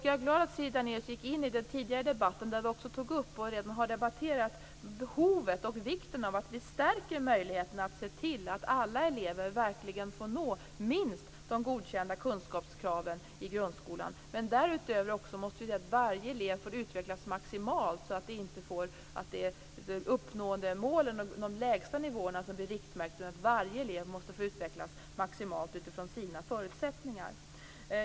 Jag är glad att Siri Dannaeus gick in i den tidigare debatten där vi tog upp och redan har debatterat behovet och vikten av att vi stärker möjligheter att se till att alla elever verkligen får nå minst de godkända kunskapskraven i grundskolan. Men därutöver måste vi också se till att varje elev får utvecklas maximalt. Uppnåendemålen och de lägsta nivåerna får inte bli riktmärken. Varje elev måste få utvecklas maximalt utifrån sina förutsättningar.